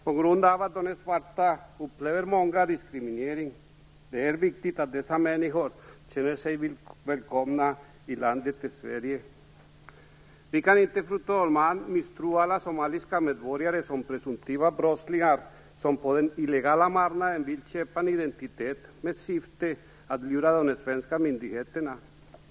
På grund av att de är svarta upplever många diskriminering. Det är viktigt att dessa människor känner sig välkomna i Vi kan inte, fru talman, misstro alla somaliska medborgare och se dem som presumtiva brottslingar, som på den illegala marknaden vill köpa en identitet i syfte att lura de svenska myndigheterna.